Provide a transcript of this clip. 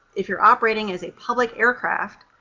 if you're operating as a public aircraft,